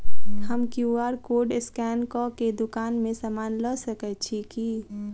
हम QR code scan कऽ केँ दुकान मे समान लऽ सकैत छी की?